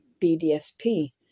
BDSP